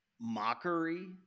mockery